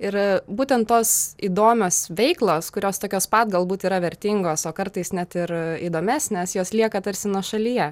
ir būtent tos įdomios veiklos kurios tokios pat galbūt yra vertingos o kartais net ir įdomesnės jos lieka tarsi nuošalyje